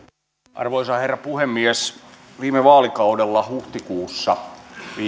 arvoisa herra puhemies viime vaalikaudella huhtikuussa